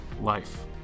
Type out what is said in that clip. Life